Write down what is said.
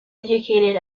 educated